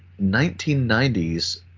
1990s